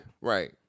Right